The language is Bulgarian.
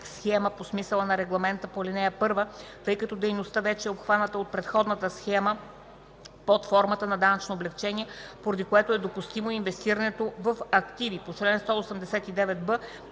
схема по смисъла на регламента по ал. 1, тъй като дейността вече е обхваната от предходната схема под формата на данъчно облекчение, поради което е допустимо инвестирането в активи по чл. 189б